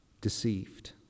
deceived